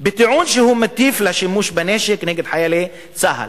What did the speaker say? בטיעון שהוא מטיף לשימוש בנשק נגד חיילי צה"ל.